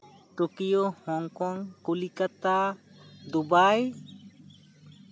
Tokyo Hong Kong Kolkata Dubai